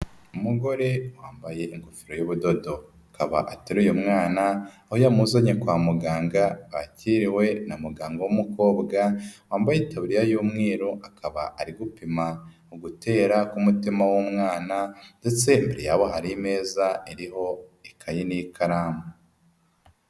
Umugore wambaye ingofero y'ubudodo akaba ateruye umwana, aho yamuzanye kwa muganga wakiriwe na muganga w'umukobwa, wambaye itaburiya y'umweru akaba ari gupima ugutera k'umutima w'umwana, ndetse imbere yabo hari imeza iriho ikayi n'ikaramu.